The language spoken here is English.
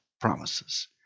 promises